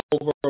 over